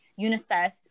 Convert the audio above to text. UNICEF